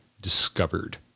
discovered